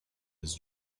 his